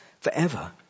forever